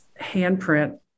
handprint